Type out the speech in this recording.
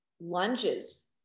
lunges